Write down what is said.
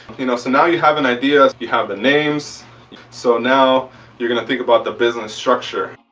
you know so now you have an idea, you have the names so now you're gonna think about the business structure.